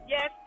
Yes